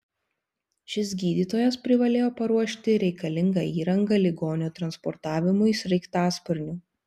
šis gydytojas privalėjo paruošti reikalingą įrangą ligonio transportavimui sraigtasparniu